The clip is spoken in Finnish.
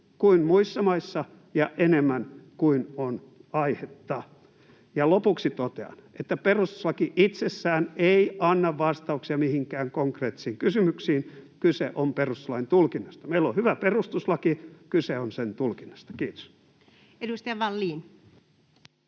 kuin muissa maissa ja enemmän kuin on aihetta. Ja lopuksi totean, että perustuslaki itsessään ei anna vastauksia mihinkään konkreettisiin kysymyksiin. Kyse on perustuslain tulkinnasta. Meillä on hyvä perustuslaki, kyse on sen tulkinnasta. — Kiitos. Edustaja Vallin.